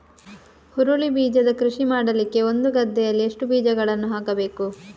ಹುರುಳಿ ಬೀಜದ ಕೃಷಿ ಮಾಡಲಿಕ್ಕೆ ಒಂದು ಗದ್ದೆಯಲ್ಲಿ ಎಷ್ಟು ಬೀಜಗಳನ್ನು ಹಾಕಬೇಕು?